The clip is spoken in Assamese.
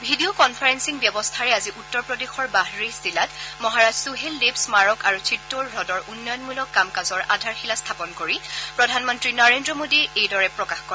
ভিডিঅ কনফাৰেলিং ব্যৱস্থাৰে আজি উত্তৰ প্ৰদেশৰ বাহৰেইচ জিলাত মহাৰাজ সুহেল দেব স্মাৰক আৰু চিট্টৌৰা হ্ৰাদৰ উন্নয়নমূলক কাম কাজৰ আধাৰশিলা স্থাপন কৰি প্ৰধানমন্ত্ৰী নৰেন্দ্ৰ মোদীয়ে এইদৰে প্ৰকাশ কৰে